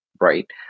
right